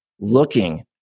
looking